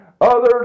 others